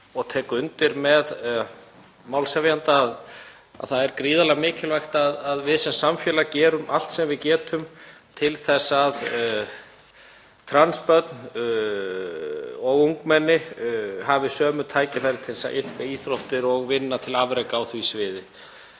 Ég tek undir það með málshefjanda að það er gríðarlega mikilvægt að við sem samfélag gerum allt sem við getum til að trans börn og ungmenni hafi sömu tækifæri til að iðka íþróttir og vinna til afreka á því sviði.